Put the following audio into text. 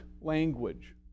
language